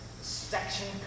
section